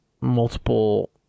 multiple